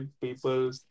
people